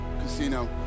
casino